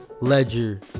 Ledger